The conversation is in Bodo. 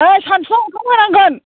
ओइ सानसुआव ओंखाम होनांगोन